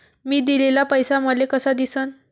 मी दिलेला पैसा मले कसा दिसन?